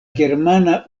germana